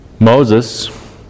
Moses